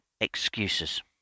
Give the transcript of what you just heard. excuses